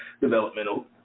developmental